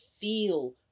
feel